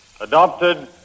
adopted